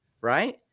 right